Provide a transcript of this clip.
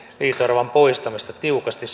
liito oravan poistamista tiukasti